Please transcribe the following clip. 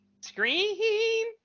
Scream